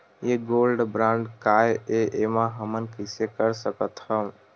ये gold bond काय ए एमा हमन कइसे कर सकत हव?